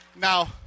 Now